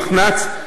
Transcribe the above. מחנ"צ,